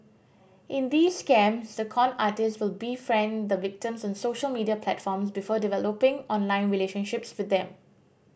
in these scams the con artists would befriend the victims on social media platforms before developing online relationships with them